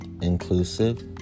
Inclusive